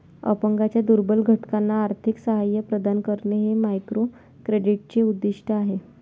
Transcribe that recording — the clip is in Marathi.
अपंगांच्या दुर्बल घटकांना आर्थिक सहाय्य प्रदान करणे हे मायक्रोक्रेडिटचे उद्दिष्ट आहे